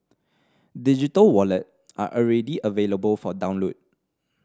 digital wallet are already available for download